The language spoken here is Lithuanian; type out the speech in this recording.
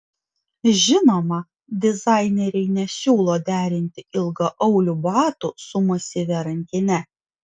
žinoma dizaineriai nesiūlo derinti ilgaaulių batų su masyvia rankine